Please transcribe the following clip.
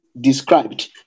described